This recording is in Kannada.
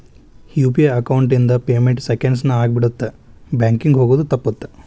ಯು.ಪಿ.ಐ ಅಕೌಂಟ್ ಇಂದ ಪೇಮೆಂಟ್ ಸೆಂಕೆಂಡ್ಸ್ ನ ಆಗಿಬಿಡತ್ತ ಬ್ಯಾಂಕಿಂಗ್ ಹೋಗೋದ್ ತಪ್ಪುತ್ತ